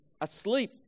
asleep